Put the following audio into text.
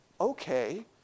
Okay